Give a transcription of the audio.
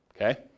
okay